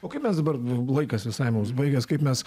o kaip mes dabar laikas visai mums baigias kaip mes